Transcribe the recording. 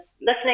listening